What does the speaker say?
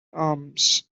arms